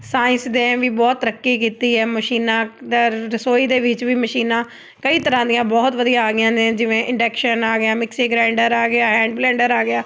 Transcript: science ਦੇ ਵੀ ਬਹੁਤ ਤਰੱਕੀ ਕੀਤੀ ਹੈ ਮਸ਼ੀਨਾਂ ਦਾ ਰਸੋਈ ਦੇ ਵਿੱਚ ਵੀ ਮਸ਼ੀਨਾਂ ਕਈ ਤਰ੍ਹਾਂ ਦੀਆਂ ਬਹੁਤ ਵਧੀਆ ਆ ਗਈਆਂ ਨੇ ਜਿਵੇਂ ਇੰਡਕਸ਼ਨ ਆ ਗਿਆ ਮਿਕਸੀ ਗਰਾਈਂਡਰ ਆ ਗਿਆ ਹੈਂਡ ਬਲੈਂਡਰ ਆ ਗਿਆ